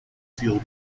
field